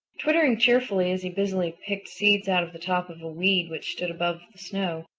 twittering cheerfully as he busily picked seeds out of the top of a weed which stood above the snow,